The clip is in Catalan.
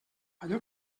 allò